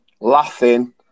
laughing